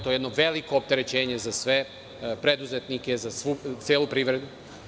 To je jedno veliko opterećenje za sve preduzetnike, za celu privredu.